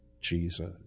Jesus